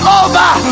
over